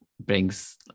brings